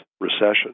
recession